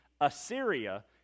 Assyria